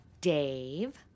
Dave